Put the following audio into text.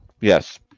Yes